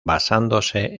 basándose